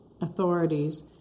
Authorities